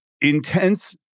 intense